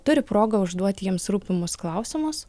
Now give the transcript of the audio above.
turi progą užduoti jiems rūpimus klausimus